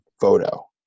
photo